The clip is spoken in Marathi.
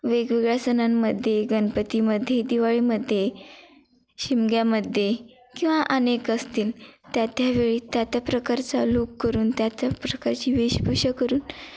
वेगवेगळ्या सणांमध्ये गणपतीमध्ये दिवाळीमध्ये शिमग्यामध्ये किंवा अनेक असतील त्या त्या वेळी त्या त्या प्रकारचा लूक करून त्या त्या प्रकारची वेशभूषा करून